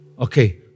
Okay